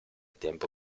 tempo